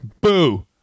Boo